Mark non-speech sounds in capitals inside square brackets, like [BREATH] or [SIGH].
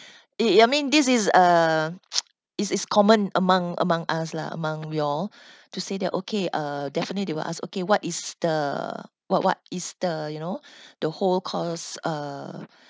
[BREATH] I mean this is uh [NOISE] is is common among among us lah among we all [BREATH] to say that okay uh definitely they will ask okay what is the what what is the you know [BREATH] the whole cost uh